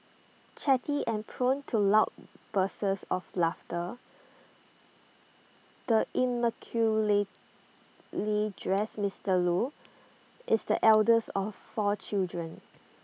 chatty and prone to loud bursts of laughter the immaculately dressed Mister Loo is the eldest of four children